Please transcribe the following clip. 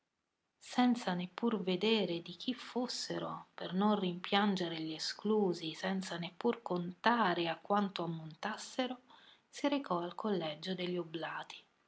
senza neppur vedere di chi fossero per non rimpiangere gli esclusi senza neppur contare a quanto ammontassero si recò al collegio degli oblati